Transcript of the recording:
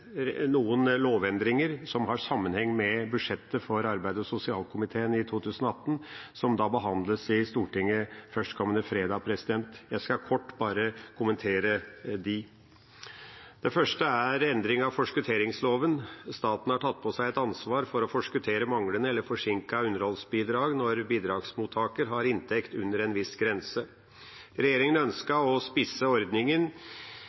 noen lovendringer som har sammenheng med budsjettet for arbeids- og sosialkomiteen i 2018, som behandles i Stortinget førstkommende fredag. Jeg skal kort bare kommentere dem. Det første gjelder endring av forskotteringsloven. Staten har tatt på seg et ansvar for å forskuttere manglende eller forsinkede underholdsbidrag når bidragsmottaker har inntekt under en viss grense. Regjeringa ønsket i enda større grad å spisse ordningen